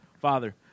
Father